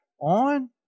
on